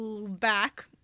back